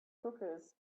hookahs